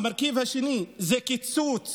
המרכיב השני הוא קיצוץ